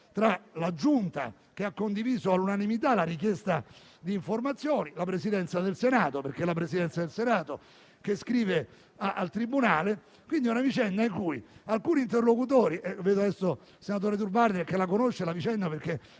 tra la Giunta, che ha condiviso all'unanimità la richiesta di informazioni, e la Presidenza del Senato, perché è la Presidenza del Senato che scrive al tribunale. È quindi una vicenda in cui alcuni interlocutori e vedo il senatore Durnwalder che, in qualità di relatore